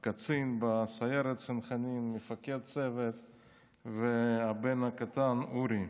קצין בסיירת צנחנים, מפקד צוות, והבן הקטן אורי.